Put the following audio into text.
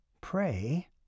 pray